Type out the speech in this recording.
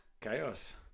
chaos